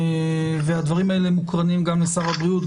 והדברים האלה מוקרנים גם לשר הבריאות,